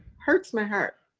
hurts my heart.